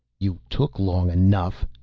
you took long enough,